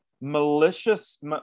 malicious